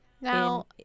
Now